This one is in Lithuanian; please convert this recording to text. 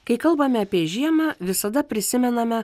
kai kalbame apie žiemą visada prisimename